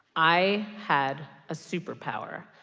i had a superpower,